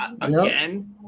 again